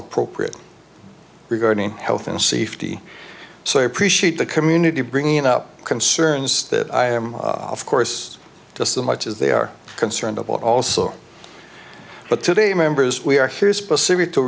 appropriate regarding health and safety so i appreciate the community bringing up concerns that i am of course just as much as they are concerned about also but today members we are